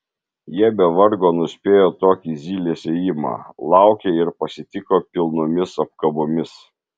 jie be vargo nuspėjo tokį zylės ėjimą laukė ir pasitiko pilnomis apkabomis